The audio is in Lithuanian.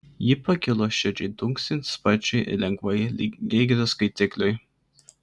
ji pakilo širdžiai dunksint sparčiai ir lengvai lyg geigerio skaitikliui